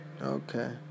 Okay